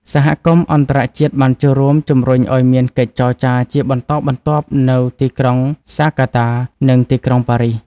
សហគមន៍អន្តរជាតិបានចូលរួមជំរុញឱ្យមានកិច្ចចរចាជាបន្តបន្ទាប់នៅទីក្រុងហ្សាកាតា និងទីក្រុងប៉ារីស